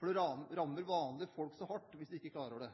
for det rammer vanlige folk så hardt hvis de ikke klarer det.